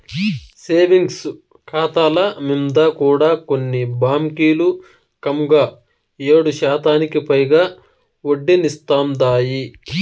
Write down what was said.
savings కాతాల మింద కూడా కొన్ని బాంకీలు కంగా ఏడుశాతానికి పైగా ఒడ్డనిస్తాందాయి